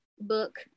book